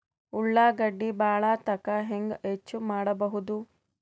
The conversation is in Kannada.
ಉಳ್ಳಾಗಡ್ಡಿ ಬಾಳಥಕಾ ಹೆಂಗ ಹೆಚ್ಚು ಮಾಡಬಹುದು?